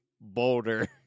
boulder